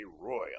royal